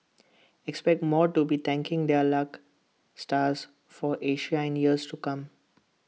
expect more to be thanking their luck stars for Asia in years to come